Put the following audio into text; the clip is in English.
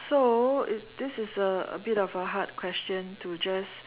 so if this is a a bit of a hard question to just